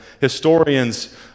historians